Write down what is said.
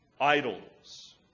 idols